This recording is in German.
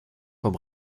vom